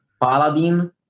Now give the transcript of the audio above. Paladin